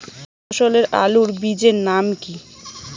ভালো ফলনের আলুর বীজের নাম কি?